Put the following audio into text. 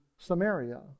Samaria